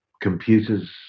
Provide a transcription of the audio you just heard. Computers